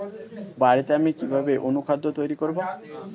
বাড়িতে আমি কিভাবে অনুখাদ্য তৈরি করব?